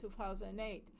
2008